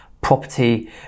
property